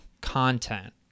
content